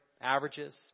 averages